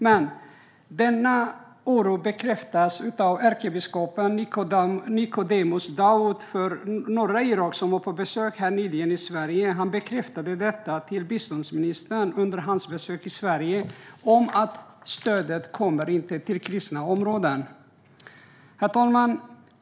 Men denna min oro bekräftas av ärkebiskopen från norra Irak, Nicodemus Daoud, som nyligen var på besök här i Sverige. Han bekräftade då för biståndsministern att stödet inte kommer till kristna områden. Herr talman!